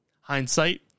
Hindsight